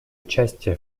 участие